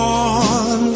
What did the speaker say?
on